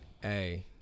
Hey